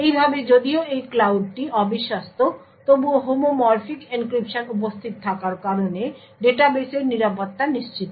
এইভাবে যদিও এই ক্লাউডটি অবিশ্বস্ত তবুও হোমোমরফিক এনক্রিপশন উপস্থিত থাকার কারণে ডাটাবেসের নিরাপত্তা নিশ্চিত হয়